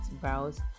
browse